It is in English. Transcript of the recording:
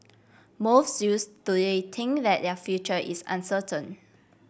most youths today think that their future is uncertain